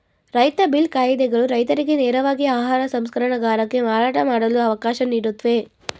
ರೈತ ಬಿಲ್ ಕಾಯಿದೆಗಳು ರೈತರಿಗೆ ನೇರವಾಗಿ ಆಹಾರ ಸಂಸ್ಕರಣಗಾರಕ್ಕೆ ಮಾರಾಟ ಮಾಡಲು ಅವಕಾಶ ನೀಡುತ್ವೆ